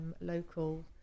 local